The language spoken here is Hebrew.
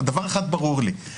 דבר אחד ברור לי,